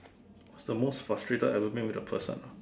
what's the most frustrated I've ever been with a person ah